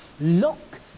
look